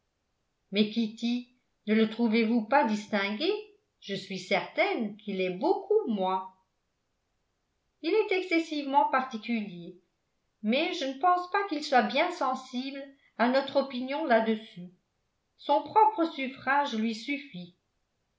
ne le trouvez-vous pas distingué je suis certaine qu'il l'est beaucoup moi il est excessivement particulier mais je ne pense pas qu'il soit bien sensible à notre opinion là-dessus son propre suffrage lui suffit